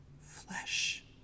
Flesh